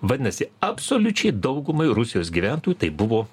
vadinasi absoliučiai daugumai rusijos gyventojų tai buvo